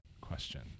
question